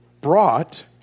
brought